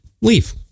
leave